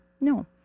No